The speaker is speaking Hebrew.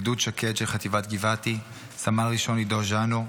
מגדוד שקד של חטיבת גבעתי: סמל ראשון עידו ז'נו,